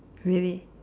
really